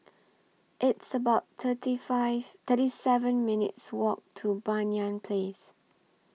It's about thirty five thirty seven minutes' Walk to Banyan Place